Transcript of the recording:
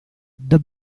the